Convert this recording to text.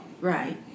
Right